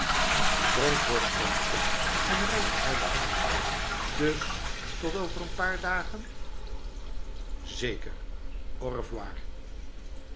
bronkhorst stond op en reikte haar de hand dus tot over een paar dagen zekerau